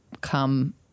come